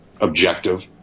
objective